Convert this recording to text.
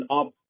up